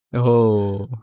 oh